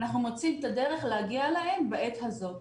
אנחנו מוצאים את הדרך להגיע אליהם בעת הזאת.